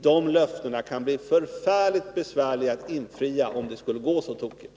De löftena kan bli förfärligt besvärliga att infria om det skulle gå så tokigt.